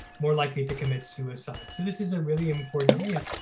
more likely to commit suicide. so this is a really important area,